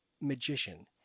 magician